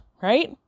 right